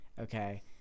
okay